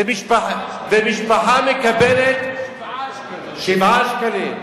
ומשפחה מקבלת, 7 שקלים.